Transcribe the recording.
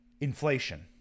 inflation